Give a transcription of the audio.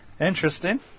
Interesting